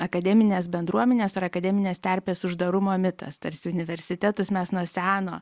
akademinės bendruomenės ar akademinės terpės uždarumo mitas tarsi universitetus mes nuo seno